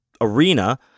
arena